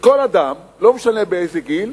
שכל אדם, לא משנה באיזה גיל,